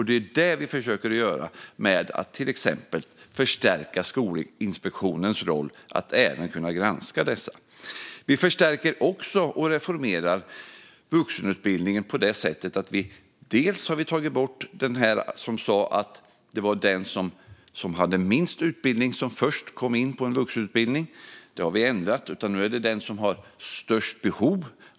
Det är vad vi försöker göra genom att exempelvis förstärka Skolinspektionens roll att även kunna granska dessa. Vi förstärker och reformerar också vuxenutbildningen på så sätt att vi har tagit bort den regel som sa att den som hade minst utbildning fick komma in först. Det har vi ändrat. Nu är det den som har störst behov.